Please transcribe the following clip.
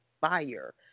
fire